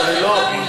זה הרי לא,